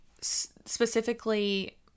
specifically